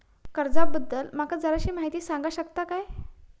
कर्जा बद्दल माका जराशी माहिती सांगा शकता काय?